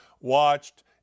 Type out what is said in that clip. watched